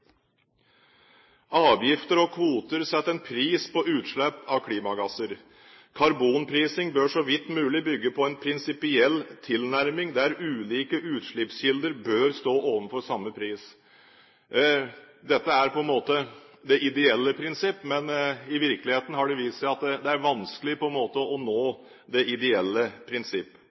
Avgifter og kvoter setter en pris på utslipp av klimagasser. Karbonprising bør så vidt mulig bygge på en prinsipiell tilnærming, der ulike utslippskilder bør stå overfor samme pris. Dette er på en måte det ideelle prinsipp, men i virkeligheten har det vist seg at det er vanskelig å nå det ideelle prinsipp.